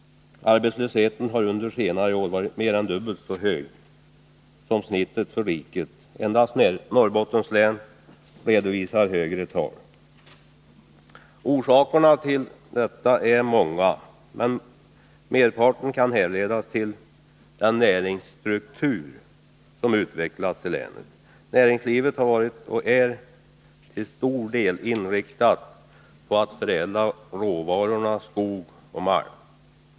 Arbetslösheten har under senare år varit mer än dubbelt så hög som snittet för riket. Endast Norrbottens län redovisar högre siffror. Orsakerna till detta är många, men merparten kan härledas till den näringsstruktur som utvecklats i länet. Näringslivet har varit och är till stor del inriktat på att förädla råvarorna skog och malm.